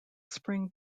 spring